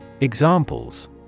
Examples